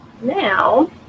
Now